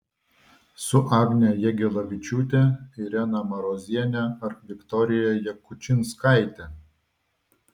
su agne jagelavičiūte irena maroziene ar viktorija jakučinskaite